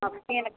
अबतियै ने